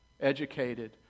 educated